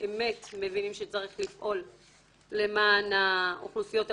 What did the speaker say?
שבאמת מבינים שצריך לפעול למען האוכלוסיות המוחלשות.